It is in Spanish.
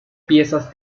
piezas